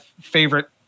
favorite